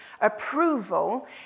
approval